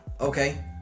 Okay